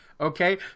okay